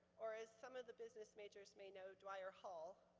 or as some of the business majors may know dwyer hall,